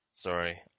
Sorry